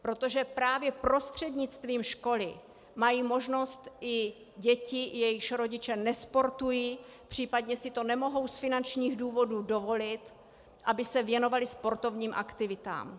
Protože právě prostřednictvím školy mají možnost i děti, jejichž rodiče nesportují, případně si to nemohou z finančních důvodů dovolit, aby se věnovaly sportovním aktivitám.